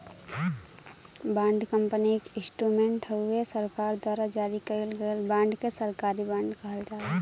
bond company एक instrument हउवे सरकार द्वारा जारी कइल गयल बांड के सरकारी बॉन्ड कहल जाला